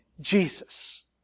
Jesus